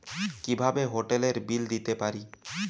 কিভাবে হোটেলের বিল দিতে পারি?